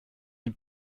den